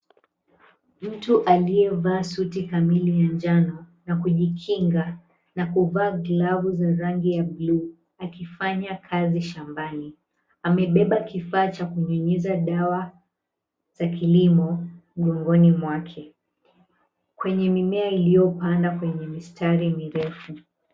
Mtu aliyevaa suti kamili ya njano na kujikinga na kuvaa glavu za rangi ya buluu akifanya kazi shambani. Amebeba kifaa cha kunyunyiza dawa za kilimo mgongoni mwake kwenye mimea iliyopandwa kwenye mistari mirefu.